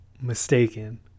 mistaken